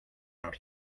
out